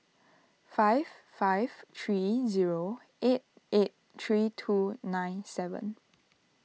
five five three zero eight eight three two nine seven